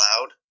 loud